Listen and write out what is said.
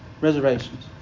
reservations